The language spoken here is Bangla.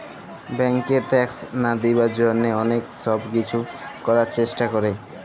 ব্যাংকে ট্যাক্স লা দিবার জ্যনহে অলেক ছব কিছু ক্যরার চেষ্টা ক্যরে